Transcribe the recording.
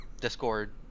discord